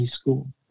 school